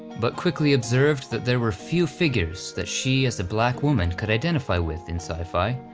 but quickly observed that there were few figures that she as the black woman could identify with in sci-fi,